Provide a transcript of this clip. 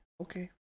Okay